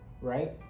right